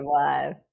live